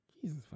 Jesus